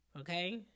okay